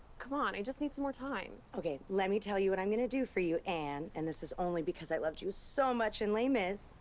c'mon. i just need some more time. okay, let me tell you what i'm going to do for you, anne. and this is only because i loved you so much in les mis.